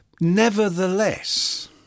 Nevertheless